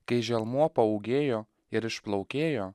kai želmuo paūgėjo ir išplaukėjo